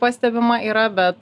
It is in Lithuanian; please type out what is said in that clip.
pastebima yra bet